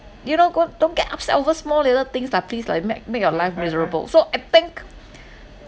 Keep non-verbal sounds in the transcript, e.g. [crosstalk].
you don't go don't get upset over small little things lah please lah you make make your life miserable so I think [noise]